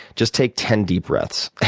just take ten deep breaths. it